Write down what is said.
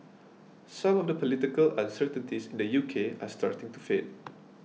some of the political uncertainties in the U K are starting to fade